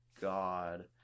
God